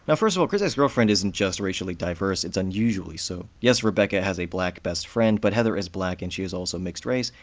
ah first of all, crazy ex-girlfriend isn't just racially diverse, it's unusually so. yes, rebecca has a black best friend, but heather is black and she is also mixed-race,